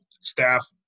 staff